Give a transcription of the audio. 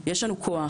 יש לנו כוח.